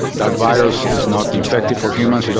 that virus is not infective for humans. you know